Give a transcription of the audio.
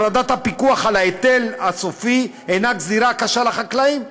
הורדת הפיקוח על ההיטל הסופי היא גזירה קשה על החקלאים.